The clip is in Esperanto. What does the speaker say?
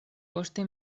poste